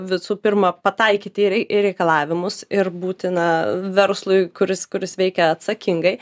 visų pirma pataikyti į rei į reikalavimus ir būtina verslui kuris kuris veikia atsakingai